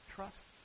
Trust